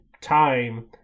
time